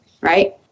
right